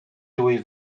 wyf